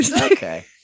Okay